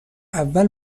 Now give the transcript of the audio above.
اول